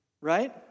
right